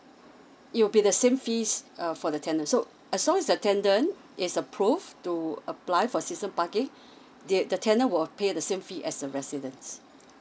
it'll be the same fees err for the tenants so as long as the tenant is approved to apply for season parking the the tenant will pay the same fee as a residence